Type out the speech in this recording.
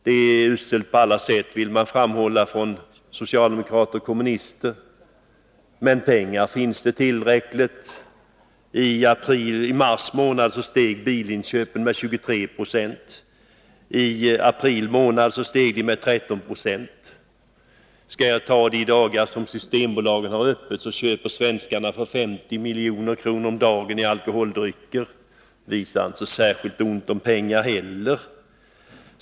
Det är uselt på alla sätt, vill man framhålla från socialdemokraters och kommunisters sida. Men pengar finns det tillräckligt. I mars steg bilinköpen med 23 96. I april steg de med 13 20. Och de dagar Systembolaget har öppet, köper svenskarna alkoholdrycker för 50 milj.kr. om dagen. Det visar inte att man skulle ha särskilt ont om pengar.